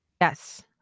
Yes